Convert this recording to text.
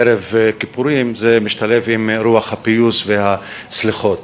ערב כיפורים, זה משתלב עם רוח הפיוס והסליחות.